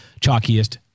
chalkiest